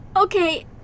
Okay